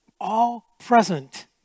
all-present